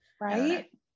right